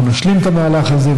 אנחנו נשלים את המהלך הזה,